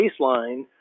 baseline